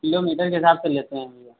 kilometre के हिसाब से लेते हैं भैया